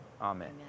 amen